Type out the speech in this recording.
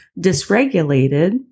dysregulated